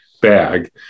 bag